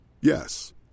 Yes